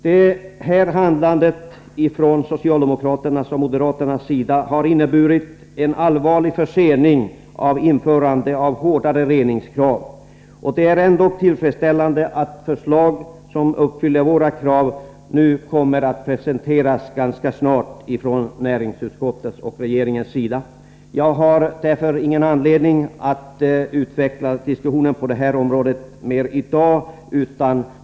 Det här handlandet från socialdemokraternas och moderaternas sida har inneburit en allvarlig försening av införandet av hårdare reningskrav. Det är ändå tillfredsställande att förslag som uppfyller våra krav nu kommer att presenteras ganska snart av näringsutskottet och regeringen. Jag har därför ingen anledning att utveckla argumentationen på detta område mera här i dag.